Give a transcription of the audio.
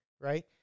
right